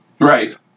Right